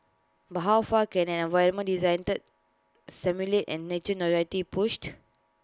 but how far can an environment designed to stimulate and nurture be pushed